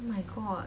oh my god